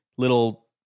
Little